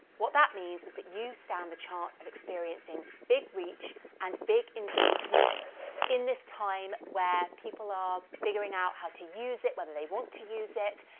what that means is that you stand the chance of experiencing big reach and big engagement in this time where people are figuring out how to use it, whether they want to use it,